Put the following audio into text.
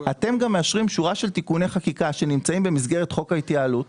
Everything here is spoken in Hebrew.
אתם מאשרים גם שורה של תיקוני חקיקה שנמצאים במסגרת חוק ההתייעלות,